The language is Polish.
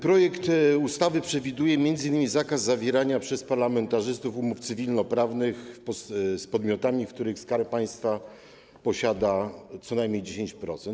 Projekt ustawy przewiduje m.in. zakaz zawierania przez parlamentarzystów umów cywilnoprawnych z podmiotami, których Skarb Państwa posiada co najmniej 10%.